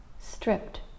stripped